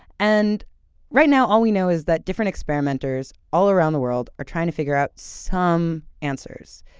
and right now all we know is that different experimenters all around the world are trying to figure out some answers.